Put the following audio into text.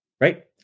right